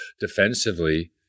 defensively